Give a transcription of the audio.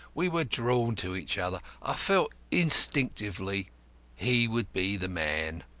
we were drawn to each other. i felt instinctively he would be the man.